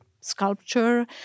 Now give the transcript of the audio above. sculpture